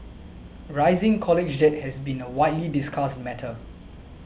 rising college debt has been a widely discussed matter